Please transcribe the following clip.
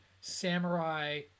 samurai